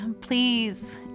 Please